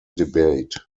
debate